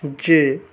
যে